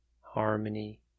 Harmony